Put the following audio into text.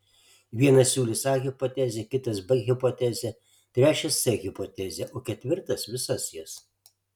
vienas siūlys a hipotezę kitas b hipotezę trečias c hipotezę o ketvirtas visas jas